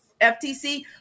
FTC